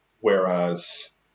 whereas